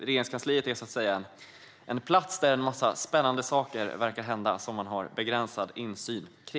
Regeringskansliet är så att säga en plats där det verka hända en massa spännande saker som man har begränsad insyn i.